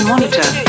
monitor